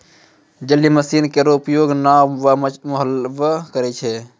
जलीय मसीन केरो उपयोग नाव म मल्हबे करै छै?